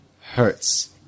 hurts